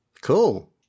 Cool